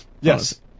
Yes